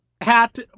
hat